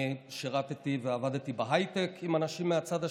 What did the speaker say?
אני שירתי ועבדתי בהייטק עם אנשים מהצד השני: